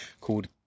called